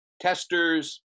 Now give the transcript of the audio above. testers